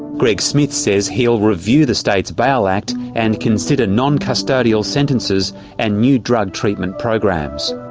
greg smith says he will review the state's bail act and consider non-custodial sentences and new drug treatment programs.